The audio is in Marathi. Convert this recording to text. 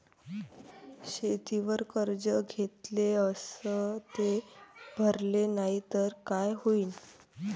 शेतीवर कर्ज घेतले अस ते भरले नाही तर काय होईन?